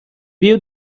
bill